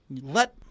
Let